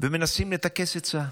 ומנסים לטכס עצה,